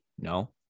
no